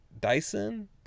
Dyson